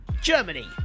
Germany